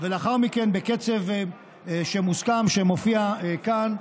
ולאחר מכן, בקצב שמוסכם, שמופיע כאן,